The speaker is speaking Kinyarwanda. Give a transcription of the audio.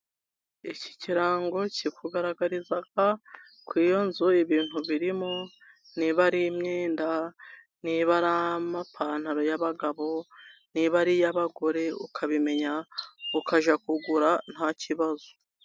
Iki kirango ki kugaragariza ku iyo nzu ibintu birimo, niba ari imyenda, niba ari amapantaro y'abagabo, niba ari iy'abagore, ukabimenya ukajya kugura nta kibazo.